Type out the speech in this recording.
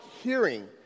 hearing